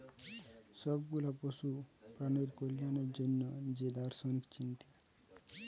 সব গুলা পশু প্রাণীর কল্যাণের জন্যে যে দার্শনিক চিন্তা